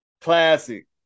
Classic